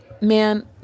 man